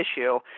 issue